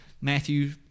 Matthew